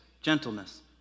gentleness